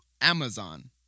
Amazon